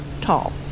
tall